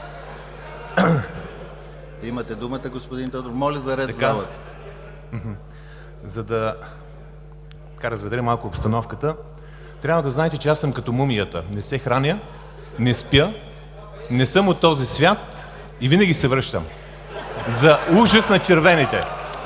Имате думата, господин Тодоров. Моля за ред в залата. АНТОН ТОДОРОВ: За да разведря малко обстановката, трябва да знаете, че аз съм като мумията – не се храня, не спя, не съм от този свят и винаги се връщам. (Смях и реплики